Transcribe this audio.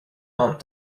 aunt